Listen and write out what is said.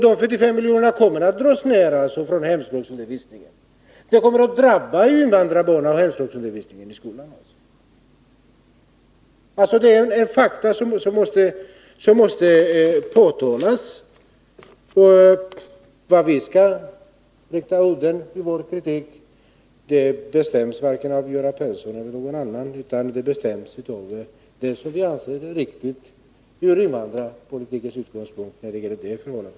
De 75 miljonerna innebär en neddragning av hemspråksundervisningen. Det kommer att drabba invandrarbarnen och hemspråksundervisningen i skolan. Det är ett faktum som måste påtalas. Mot vilka vi skall rikta udden i vår kritik bestäms varken av Göran Persson eller någon annan, utan det bestäms av vad vi anser vara riktigt i det här fallet ur invandrarpolitisk synpunkt.